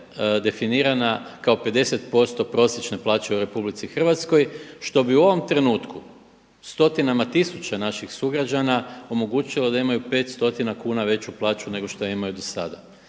definirana kao 50% prosječne plaće u RH što bi u ovom trenutku stotinama tisuća naših sugrađana omogućilo da imaju 500 kuna veću plaću nego što imaju do sada.